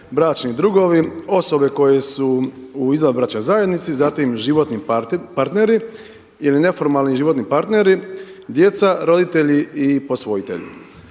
bračni drugovi, osobe koje su u izvanbračnoj zajednici, zatim životni partneri ili neformalni životni partneri, djeca, roditelji i posvojitelji.“